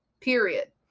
period